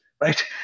right